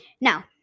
Now